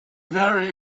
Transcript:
very